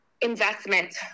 investment